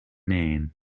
name